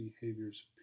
behaviors